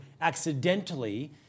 accidentally